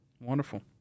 Wonderful